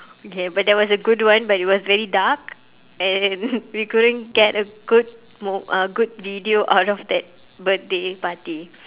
okay but that was a good one but it was very dark and we couldn't get a good mo~ uh good video out of that birthday party